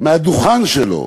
מהדוכן שלו,